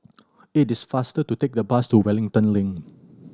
it is faster to take the bus to Wellington Link